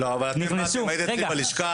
נכנסו -- לא אבל אתם ניכסתם הייתם אצלי בלשכה,